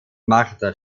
marta